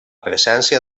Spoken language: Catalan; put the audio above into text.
presència